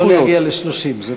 רק לא להגיע ל-30.